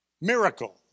miracle